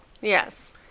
Yes